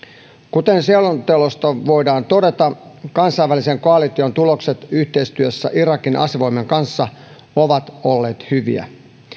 kuten selonteosta voidaan todeta kansainvälisen koalition tulokset yhteistyössä irakin asevoimien kanssa ovat olleet hyviä